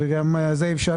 זה גם אפשרי.